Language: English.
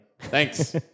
Thanks